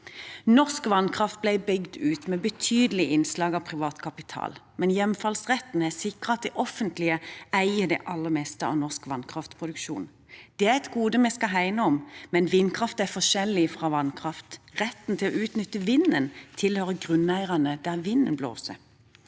Norsk vannkraft ble bygd ut med betydelig innslag av privat kapital, men hjemfallsretten har sikret at det offentlige eier det aller meste av norsk vannkraftproduksjon. Det er et gode vi skal hegne om, men vindkraft er forskjellig fra vannkraft. Retten til å utnytte vinden tilhører grunneierne der vinden blåser.